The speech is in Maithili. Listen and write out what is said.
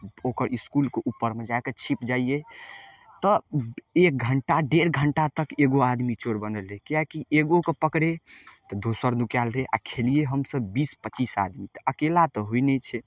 ओकर इसकुलके उपरमे जाकऽ छिप जाइए तऽ एक घण्टा डेढ़ घण्टा तक एगो आदमी चोर बनल रहय किएक कि एगोके पकड़य तऽ दोसर नुकायल रहय आओर खेलियै हमसब बीस पच्चीस आदमी तऽ अकेला तऽ होइ नहि छै